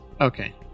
okay